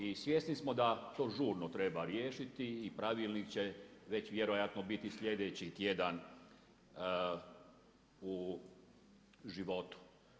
I svjesni smo da to žurno treba riješiti i pravilnik će već vjerojatno biti sljedeći tjedan u životu.